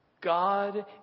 God